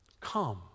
Come